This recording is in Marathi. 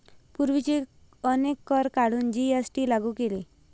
पूर्वीचे अनेक कर काढून जी.एस.टी लागू केले